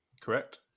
Correct